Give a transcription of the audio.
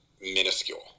minuscule